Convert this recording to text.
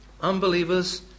Unbelievers